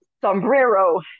sombrero